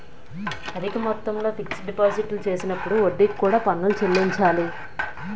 అధిక మొత్తంలో ఫిక్స్ డిపాజిట్లు చేసినప్పుడు వడ్డీకి కూడా పన్నులు చెల్లించాలి